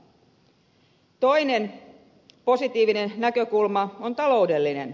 toinen positiivinen näkökulma on taloudellinen